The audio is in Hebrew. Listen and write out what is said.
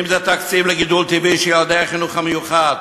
אם תקציב לגידול טבעי של ילדי החינוך המיוחד,